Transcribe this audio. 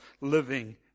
living